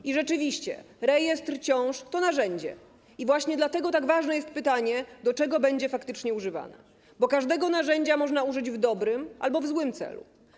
I rzeczywiście - rejestr ciąż to narzędzie i właśnie dlatego tak ważne jest pytanie, do czego będzie faktycznie używane, bo każdego narzędzia można użyć w dobrym albo w złym celu.